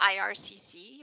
IRCC